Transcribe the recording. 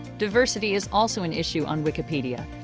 diversity is also an issue on wikipedia.